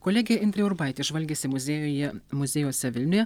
kolegė indrė urbaitė žvalgėsi muziejuje muziejuose vilniuje